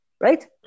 Right